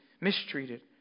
mistreated